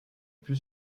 plus